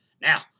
Now